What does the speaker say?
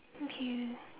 okay